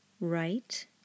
right